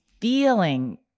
feeling